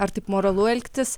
ar taip moralu elgtis